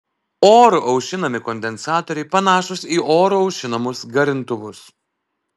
oru aušinami kondensatoriai panašūs į oru aušinamus garintuvus